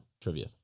Trivia